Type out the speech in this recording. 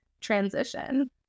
transition